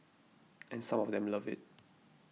and some of them love it